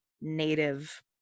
Native